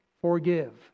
forgive